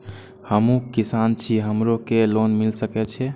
हमू किसान छी हमरो के लोन मिल सके छे?